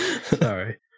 Sorry